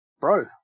bro